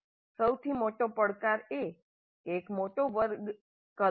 સૌથી મોટો પડકાર એ એક મોટો વર્ગ કદ હશે